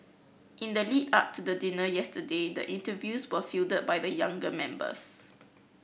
in the lead up to the dinner yesterday the interviews were fielded by the younger members